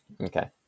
Okay